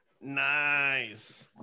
Nice